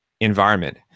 environment